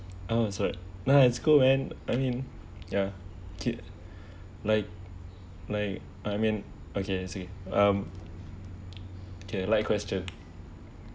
oh so right now in school man I mean yeah kid like like I mean okay is okay um okay like question